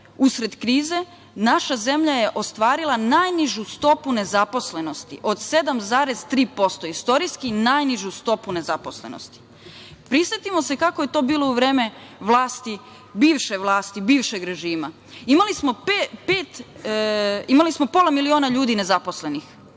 usred krize, naša zemlja je ostvarila najnižu stopu nezaposlenosti od 7,3%. Istorijski, najnižu stopu nezaposlenosti. Prisetimo se kako je to bilo u vreme vlasti, bivše vlasti, bivšeg režima, imali smo pola miliona ljudi nezaposlenih.